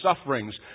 sufferings